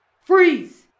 Freeze